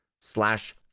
slash